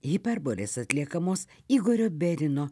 hiperbolės atliekamos igorio bėrino